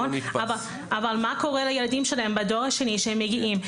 מה קורה לילדים שלהם בדור השני שהם מגיעים,